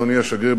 אדוני השגריר,